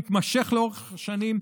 מתמשך לאורך שנים,